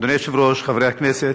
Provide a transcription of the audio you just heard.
אדוני היושב-ראש, חברי הכנסת,